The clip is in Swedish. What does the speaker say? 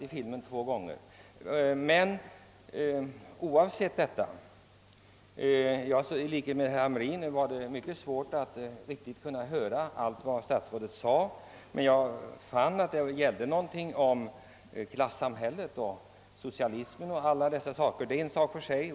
I likhet med herr Hamrin i Jönköping hade jag svårt att höra allt vad statsrådet sade i filmen, men jag uppfattade att det gällde klassamhället, socialismen etc. Det är en sak för sig.